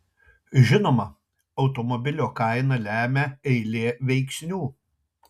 žinoma automobilio kainą lemia eilė veiksnių